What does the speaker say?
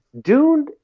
Dune